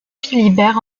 philibert